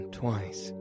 twice